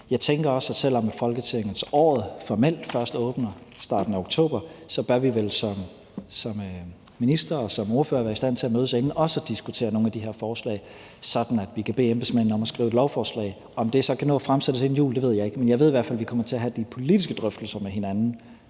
Jeg tænker også, at selv om folketingsåret formelt først åbner i starten af oktober, bør vi vel som minister og som ordførere være i stand til at mødes inden, også for at diskutere nogle af de her forslag, sådan at vi kan bede embedsmændene om at skrive et lovforslag. Om det så kan nå at blive fremsat inden jul, ved jeg ikke, men jeg ved i hvert fald, at vi kommer til at have de politiske drøftelser med hinanden